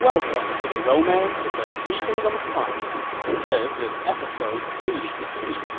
welcome to the romance of the three kingdoms podcast. this is episode eighty three point